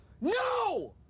No